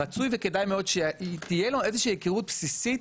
רצוי וכדאי מאוד שתהיה לו איזה שהיא היכרות בסיסית